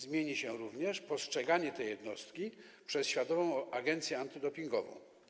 Zmieni się również postrzeganie tej jednostki przez Światową Agencję Antydopingową.